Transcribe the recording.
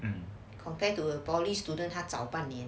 compared to poly students 他早半年